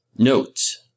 Notes